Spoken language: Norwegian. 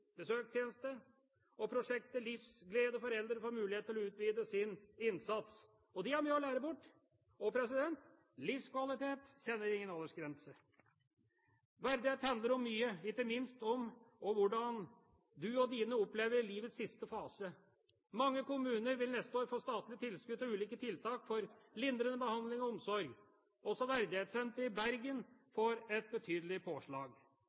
besøkstjeneste, og prosjektet Livsglede for Eldre får mulighet til å utvide sin innsats. De har mye å lære bort, og, livskvalitet kjenner ingen aldersgrense. Verdighet handler om mye, ikke minst om hvordan mennesker opplever livets siste fase. Mange kommuner vil neste år få statlige tilskudd til ulike tiltak for lindrende behandling og omsorg. Også Verdighetssenteret i Bergen får et betydelig påslag.